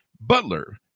Butler